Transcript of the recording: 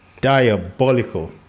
diabolical